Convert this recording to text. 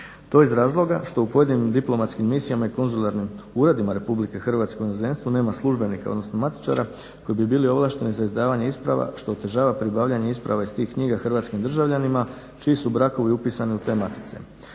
To je iz razloga što u pojedinim diplomatskim misijama i konzularnim uredima RH u inozemstvu nema službenika, odnosno matičara koji bi bili ovlašteni za izdavanje isprava što otežava pribavljanje isprava iz tih knjiga hrvatskim državljanima čiji su brakovi upisani u te matice.